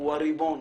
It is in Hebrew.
הוא הריבון.